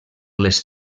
les